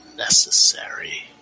necessary